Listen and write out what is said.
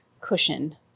cushion